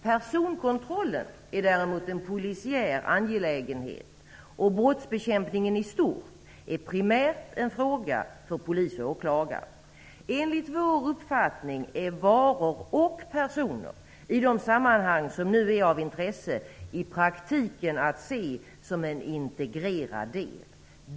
Personkontrollen är däremot en polisiär angelägenhet, och brottsbekämpningen i stort är primärt en fråga för polis och åklagare. Enligt vår uppfattning är varor och personer, i de sammanhang som nu är av intresse, i praktiken att se som en integrerad del.